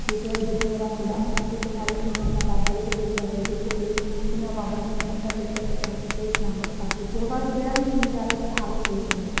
ਇੱਕ ਵਾਰੀ ਜਦੋਂ ਮੇਰਾ ਮੁੰਡਾ ਹੋਣਾ ਸੀ ਤਾਂ ਮੈਂ ਉਦੋਂ ਸ਼ਹੀਦਾਂ ਸਾਹਿਬ ਬਾਬਾ ਜੀ ਦੇ ਗੁਰਦੁਆਰੇ ਦੇ ਉੱਤੇ ਗਈ ਅਤੇ ਮੈਂ ਬਾਬਾ ਜੀ ਨੂੰ ਮੱਥਾ ਟੇਕਿਆ ਅਤੇ ਕਿਹਾ ਕਿ ਸਹੀ ਸਲਾਮਤ ਬਾਕੀ ਜੋਵਾ ਜਿਹੜਾ ਵੀ ਜੀਅ ਜਾਵੇ ਪਰ ਆਵੇ ਸਹੀ ਸਲਾਮਤ